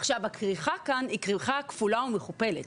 עכשיו, הכריכה כאן היא כריכה כפולה ומכופלת.